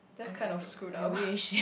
that's kind of screwed up